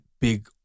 big